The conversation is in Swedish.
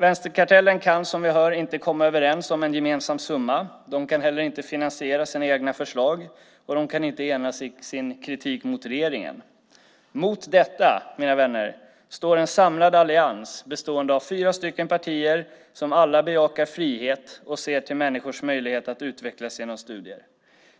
Vänsterkartellen kan som vi hör inte komma överens om en gemensam summa, inte finansiera sina egna förslag och inte enas i sin kritik mot regeringen. Mot detta, mina vänner, står en samlad allians bestående av fyra partier som alla bejakar frihet och ser till människors möjlighet att utveckla sina studier.